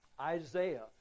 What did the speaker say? Isaiah